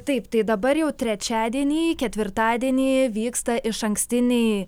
taip tai dabar jau trečiadienį ketvirtadienį vyksta išankstiniai